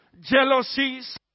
jealousies